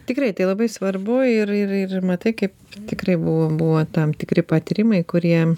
tikrai tai labai svarbu ir ir ir matai kaip tikrai buvo buvo tam tikri patyrimai kurie